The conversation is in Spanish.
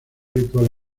ritual